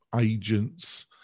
agents